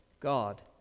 God